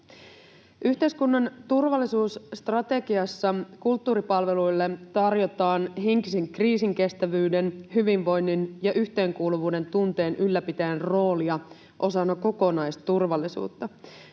Yhteiskunnan turvallisuusstrategiassa kulttuuripalveluille tarjotaan henkisen kriisinkestävyyden, hyvinvoinnin ja yhteenkuuluvuuden tunteen ylläpitäjän roolia osana kokonaisturvallisuutta.